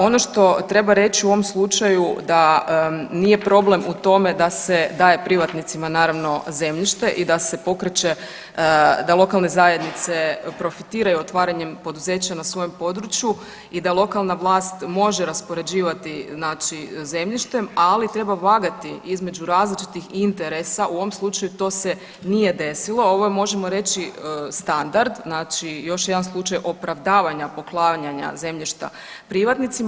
Ono što treba reći u ovom slučaju da nije problem u tome da se daje privatnicima naravno zemljište i da se pokreće da lokalne zajednice profitiraju otvaranjem poduzeća na svojem području da lokalna vlast može raspoređivati zemljištem, ali treba vagati između različitih interesa u ovom slučaju to se nije desilo, ovo je možemo reći standard znači još jedan slučaj opravdavanja poklanjanja zemljišta privatnicima.